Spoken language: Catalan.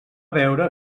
veure